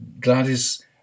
Gladys